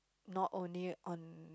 not only on